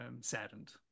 saddened